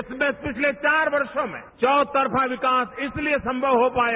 देश में पिछले चार वर्षों में चौतरफा विकास इसलिए संगव हो पाया